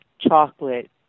chocolate